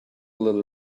little